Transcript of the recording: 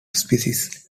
species